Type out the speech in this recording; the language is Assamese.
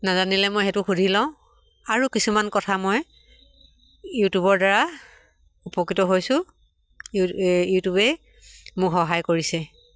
নাজানিলে মই সেইটো সুধি লওঁ আৰু কিছুমান কথা মই ইউটিউবৰ দ্বাৰা উপকৃত হৈছোঁ ইউটিউবেই মোক সহায় কৰিছে